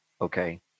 Okay